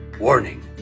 Warning